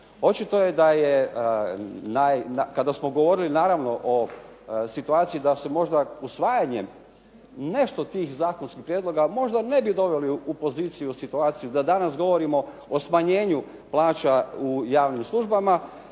Očito je kada smo govorili naravno o situaciji da se možda usvajanjem nešto od tih zakonskih prijedloga, možda ne bi doveli u poziciju i situaciju da danas govorimo o smanjenju plaća u javnim službama,